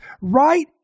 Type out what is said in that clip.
right